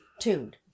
Tuned